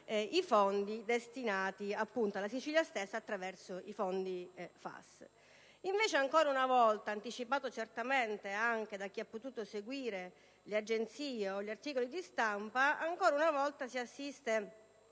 i fondi destinati alla Sicilia stessa attraverso i fondi FAS. Invece, ancora una volta, anticipato certamente anche da chi ha potuto seguire le agenzie o gli articoli di stampa, si assiste